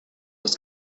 was